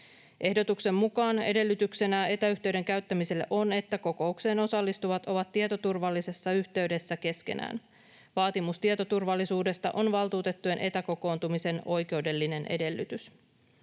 Ehdotuksen mukaan edellytyksenä etäyhteyden käyttämiselle on, että kokoukseen osallistuvat ovat tietoturvallisessa yhteydessä keskenään. Vaatimus tietoturvallisuudesta on valtuutettujen etäkokoontumisen oikeudellinen edellytys.